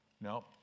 No